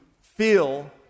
feel